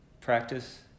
practice